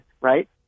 right